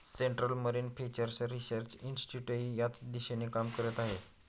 central marine fishers research इन्स्टिट्यूटही याच दिशेने काम करत आहे